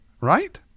Right